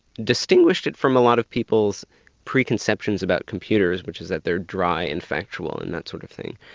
distinguished it from a lot of people's preconceptions about computers, which is that they're dry and factual and that sort of thing.